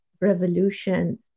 revolution